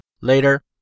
later